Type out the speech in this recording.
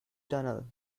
tunnel